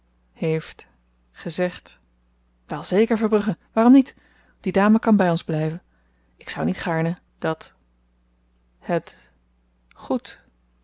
heeft gezegd welzeker verbrugge waarom niet die dame kan by ons blyven ik zou niet gaarne dat het goed